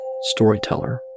Storyteller